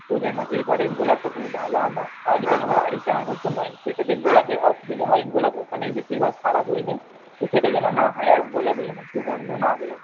ও যেন এবারে গোলাপটা তুমি ভালো আনো আর যেন গাড়িতে আসার সময় সেটাতে গোলাপের অসুবিধা হয় গোলাপ ওখানেই বেশিরভাগ খারাপ হয়ে যায় তো সেটা যেন না হয় আর গোলাপের যেন সুগন্ধ না বেরোয়